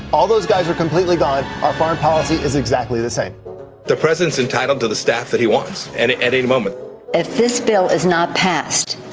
all those guys are completely gone. our foreign policy is exactly the same the president's entitled to the staff that he was and at any moment if this bill is not passed.